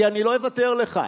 כי אני לא אוותר לך.